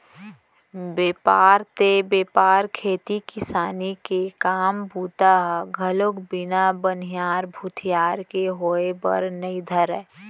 बेपार ते बेपार खेती किसानी के काम बूता ह घलोक बिन बनिहार भूथियार के होय बर नइ धरय